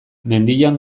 mendian